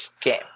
game